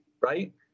Right